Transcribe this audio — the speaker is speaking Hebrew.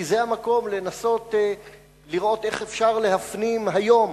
כי זה המקום לנסות לראות איך אפשר להפנים היום